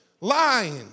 lying